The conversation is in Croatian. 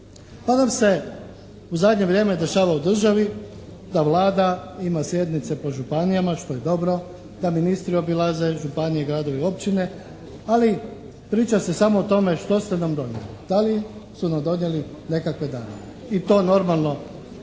Danas se u zadnje vrijeme dešava u državi da Vlada ima sjednice po županija, što je dobro, da ministri obilaze županije, gradove i općine ali priča se samo o tome što ste nam donijeli, da li su nam donijeli nekakve darove, i to normalno